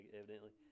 evidently